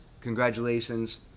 congratulations